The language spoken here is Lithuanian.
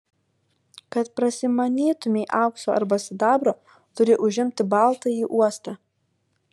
kad prasimanytumei aukso arba sidabro turi užimti baltąjį uostą